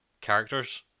characters